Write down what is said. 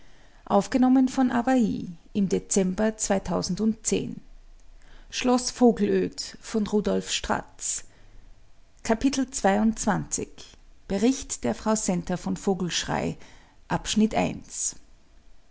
rief die frau centa von vogelschrey